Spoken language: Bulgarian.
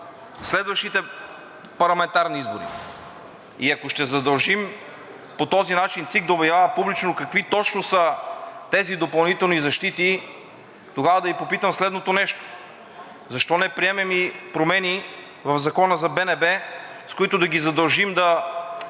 следващите парламентарни избори. Ако ще задължим по този начин ЦИК да обявява публично какви точно са тези допълнителни защити, тогава да Ви попитам следното нещо: защо не приемем и промени в Закона за БНБ, с които да ги задължим да